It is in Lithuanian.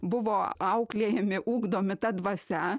buvo auklėjami ugdomi ta dvasia